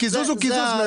הקיזוז הוא קיזוז.